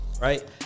right